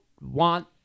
want